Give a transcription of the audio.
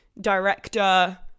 Director